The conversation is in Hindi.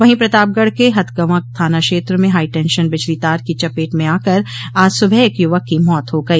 वहीं प्रतापगढ़ के हथगवां थाना क्षेत्र में हाईटेंशन बिजली तार की चपेट में आकर आज सुबह एक युवक की मौत हो गई